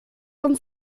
uns